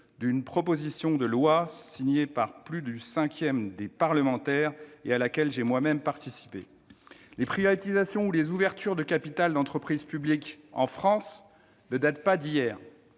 d'une proposition de loi signée par plus d'un cinquième des parlementaires, dont votre serviteur. Les privatisations ou ouvertures de capital d'entreprises publiques en France ne datent pas d'hier.